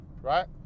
Right